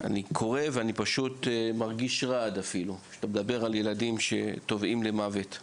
אני קורא את הנתונים על הילדים שטבעו ועובר בי רעד,